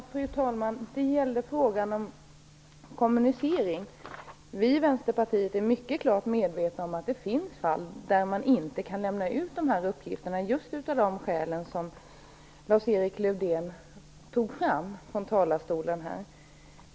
Fru talman! Det gäller frågan om kommunicering. Vi i Vänsterpartiet är mycket klart medvetna om att det finns fall där man inte kan lämna ut uppgifterna, just av de skäl som Lars-Erik Lövdén nämnde från talarstolen.